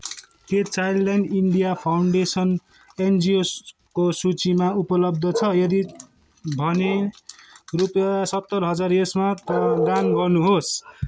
के Childline India Foundation एनजिओसको सूचीमा उपलब्ध छ यदि भने रुपियाँ सत्तर हजार यसमा दान् दान गर्नुहोस्